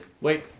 Wait